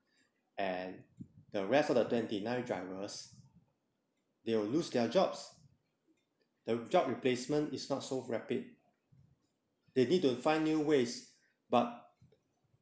and the rest of the twenty nine drivers they will lose their jobs the job replacement is not so rapid they need to find new ways but